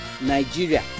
Nigeria